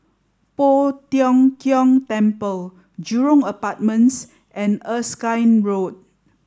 Poh Tiong Kiong Temple Jurong Apartments and Erskine Road